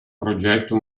progetto